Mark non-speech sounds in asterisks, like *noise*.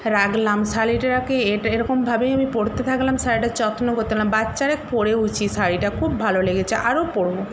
রাখলাম শাড়িটাকে এরকমভাবেই আমি পরতে থাকলাম শাড়িটার যত্ন করতে *unintelligible* বার চারেক পরেওছি শাড়িটা খুব ভালো লেগেছে আরও পরব